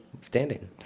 standing